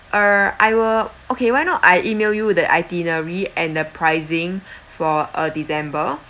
uh I will okay why not I email you the itinerary and the pricing for uh december